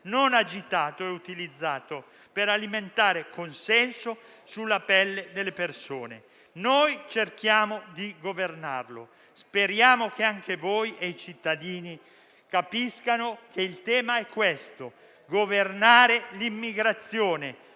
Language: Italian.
non agitato e utilizzato per alimentare consenso sulla pelle delle persone. Noi cerchiamo di governarlo. Speriamo che anche voi e i cittadini capiate che il tema è questo: governare l'immigrazione,